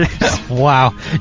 Wow